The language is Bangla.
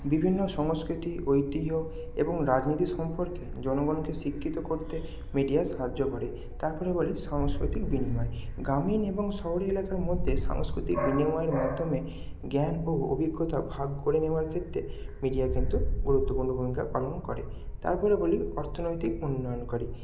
বিভিন্ন সংস্কৃতি ঐতিহ্য এবং রাজনীতির সম্পর্কে জনগণকে শিক্ষিত করতে মিডিয়া সাহায্য করে তাপরে বলি সাংস্কৃতিক বিনিময় গ্রামীণ এবং শহর এলাকার মধ্যে সাংস্কৃতিক বিনিময়ের মাধ্যমে জ্ঞান ও অভিজ্ঞতা ভাগ করে নেওয়ার ক্ষেত্রে মিডিয়া কিন্তু গুরুত্বপূর্ণ ভূমিকা পালন করে তারপরে বলি অর্থনৈতিক উন্নয়ন করে